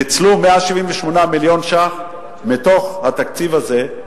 ניצלו 187 מיליון ש"ח מתוך התקציב הזה,